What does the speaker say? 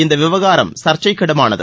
இந்த விவகாரம் சர்ச்சைக்கிடமானது